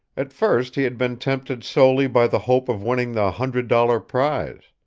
at first he had been tempted solely by the hope of winning the hundred-dollar prize.